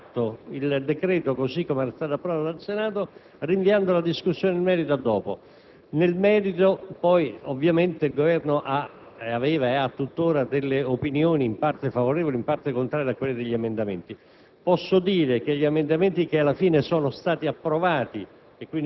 quanto si riteneva che fosse opportuno lasciare intatto il decreto così com'era stato approvato dal Senato, rinviando la discussione nel merito ad una fase successiva. Nel merito, poi, ovviamente il Governo aveva e ha tuttora delle opinioni in parte favorevoli e in parte contrarie agli emendamenti